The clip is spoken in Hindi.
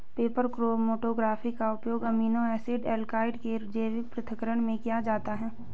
पेपर क्रोमैटोग्राफी का उपयोग अमीनो एसिड एल्कलॉइड के जैविक पृथक्करण में किया जाता है